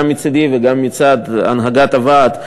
גם מצדי וגם מצד הנהגת הוועד,